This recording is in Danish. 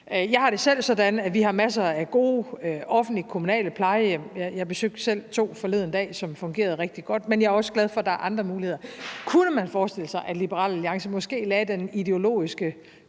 Jeg har det selv sådan, at vi har masser af gode offentlige, kommunale plejehjem. Jeg besøgte selv to forleden dag, som fungerede rigtig godt. Men jeg er også glad for, at der er andre muligheder. Kunne man forestille sig, at Liberal Alliance måske lagde den ideologiske